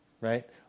Right